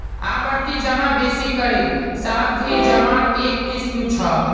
आवर्ती जमा बेसि करे सावधि जमार एक किस्म छ